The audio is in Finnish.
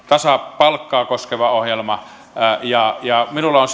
tasa arvoista palkkaa koskeva ohjelma ja ja minulla on